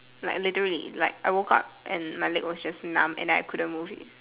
like literally like I woke up and my leg is just numb I couldn't move it